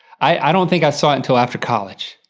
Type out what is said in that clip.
i don't think i saw it until after college.